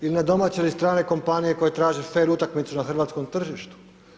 Ili na domaće ili strane kompanije koje traže fer utakmicu na hrvatskom tržištu.